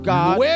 God